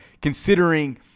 considering